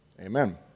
amen